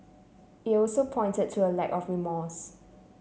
it also pointed to a lack of remorse